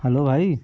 hello ଭାଇ